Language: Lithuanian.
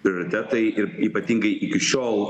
prioritetai ir ypatingai iki šiol